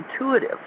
intuitive